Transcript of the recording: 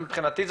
מבחינתי,